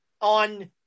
On